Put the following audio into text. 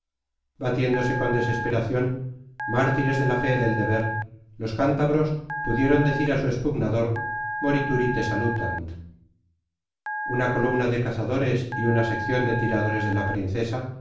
batiéndose con desesperación mártires de la fe del deber los cántabros pudieron decir a su expugnador morituri te salutant una columna de cazadores y una sección de tiradores de la princesa